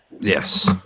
Yes